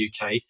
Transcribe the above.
UK